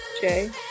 Jay